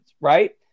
right